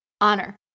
honor